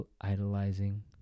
idolizing